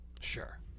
Sure